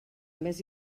més